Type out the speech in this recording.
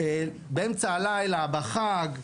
באמצע הלילה, בחג.